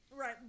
right